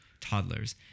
toddlers